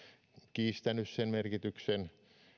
kiistänyt sen merkityksen